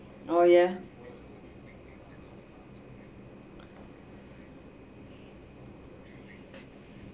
oh yeah